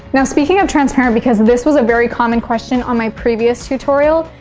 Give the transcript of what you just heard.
now, speaking of transparent because this was a very common question on my previous tutorial,